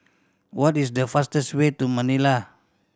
what is the fastest way to Manila